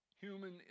Human